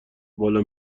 بالا